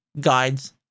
guides